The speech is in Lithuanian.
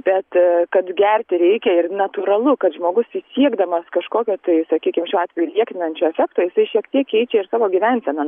bet kad gerti reikia ir natūralu kad žmogus siekdamas kažkokio tai sakykim šiuo atveju liekinančio efekto jisai šiek tiek keičia ir savo gyvenseną